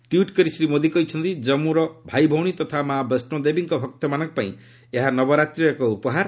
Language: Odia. ଟ୍ୱିଟ୍ କରି ଶ୍ରୀ ମୋଦି କହିଛନ୍ତି ଜନ୍ମର ଭାଇଭଉଣୀ ତଥା ମା' ବୈଷ୍ଣୋଦେବୀଙ୍କ ଭକ୍ତମାନଙ୍କ ପାଇଁ ଏହା ନବରାତ୍ରୀର ଏକ ଉପହାର